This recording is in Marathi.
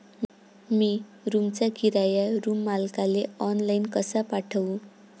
मी रूमचा किराया रूम मालकाले ऑनलाईन कसा पाठवू?